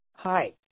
Hi